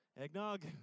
Eggnog